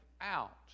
out